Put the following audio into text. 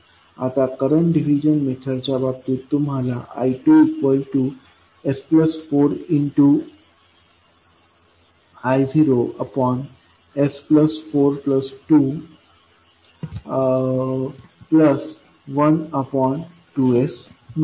आता current division मेथडच्या बाबतीत तुम्हाला I2s4I0s4212s मिळेल